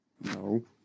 No